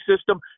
system